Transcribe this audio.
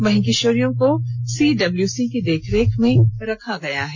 वहीं किशोरियों को सीडब्ल्यूसी के देखरेख मेँ रखा गया है